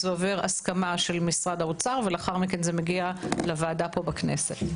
זה עובר הסכמה של משרד האוצר ולאחר מכן זה מגיע לוועדה בכנסת.